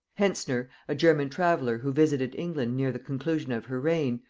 hentzner, a german traveller who visited england near the conclusion of her reign,